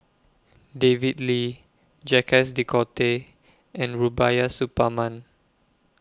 David Lee Jacques De Coutre and Rubiah Suparman